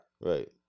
Right